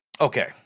Okay